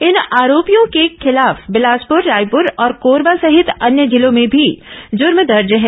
इन आरोपियों के खिलाफ बिलासपुर रायपुर और कोरबा सहित अन्य जिलों में भी जूर्म दर्ज है